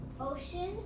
ocean